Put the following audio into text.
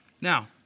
Now